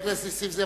חבר הכנסת נסים זאב.